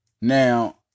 Now